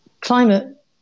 climate